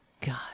god